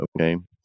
okay